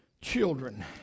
children